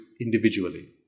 individually